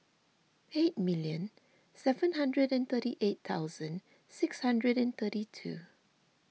eighty million seven hundred and thirty eight thousand six hundred and thirty two